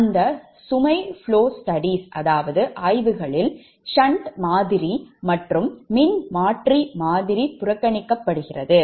அந்த சுமை flow studies ஆய்வுகளில் shunt மாதிரி மற்றும் மின்மாற்றி மாதிரி புறக்கணிக்கப்படுகிறது